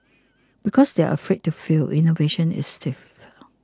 because they are afraid to fail innovation is stifled